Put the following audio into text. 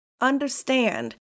understand